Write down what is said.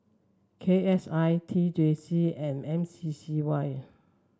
K S I T J C and M C C Y